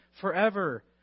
forever